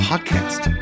podcast